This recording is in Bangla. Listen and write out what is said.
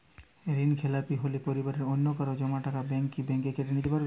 ঋণখেলাপি হলে পরিবারের অন্যকারো জমা টাকা ব্যাঙ্ক কি ব্যাঙ্ক কেটে নিতে পারে?